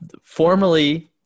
formerly